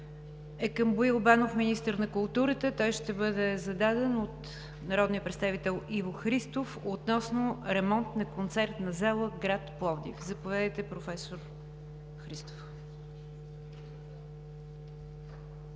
към Боил Банов – министър на културата. Той ще бъде зададен от народния представител Иво Христов относно ремонт на Концертна зала – гр. Пловдив. Заповядайте, професор Христов. ИВО